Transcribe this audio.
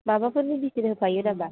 माबाफोर मुलिफोर होफायो नामा